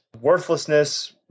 worthlessness